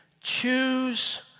Choose